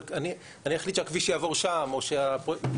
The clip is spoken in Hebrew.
אני אחליט שהכביש יעבור שם או שהפרויקט,